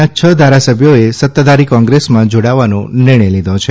ના છ ધારાસભ્યોએ સત્તાધારી કોંગ્રેસમાં જાડાવાનો નિર્ણય લીધો છે